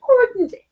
important